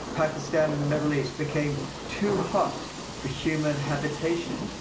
pakistan and the middle east became too hot for human habitation.